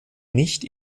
nicht